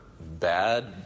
bad